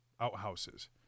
outhouses